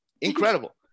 incredible